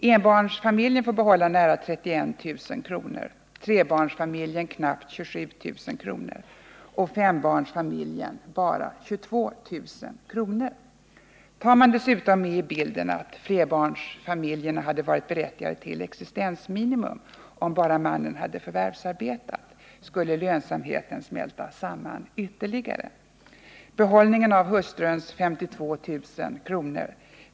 Ettbarnsfamiljen får behålla nära 31 000 kr., trebarnsfamiljen knappt 27 000 kr. och fembarnsfamiljen bara 22 000 kr. Tar man dessutom med i bilden att flerbarnsfamiljerna hade varit berättigade till existensminimum om endast mannen hade förvärvsarbetat, skulle lönsamheten smälta samman ytterligare. Behållningen av hustruns 52 000 kr.